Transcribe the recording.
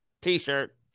t-shirt